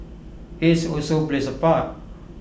age also plays A part